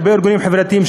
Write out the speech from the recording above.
הרבה ארגונים חברתיים,